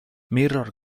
mirror